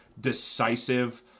decisive